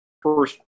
First